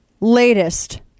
latest